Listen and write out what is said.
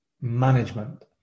management